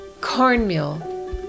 cornmeal